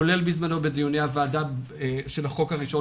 כולל בזמנו בדיוני הוועדה של החוק הראשון